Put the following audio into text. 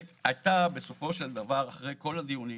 בסופו של דבר, אחרי כל הדיונים,